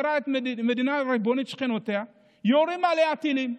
שכנותיה יורות עליה טילים,